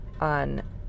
on